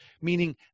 meaning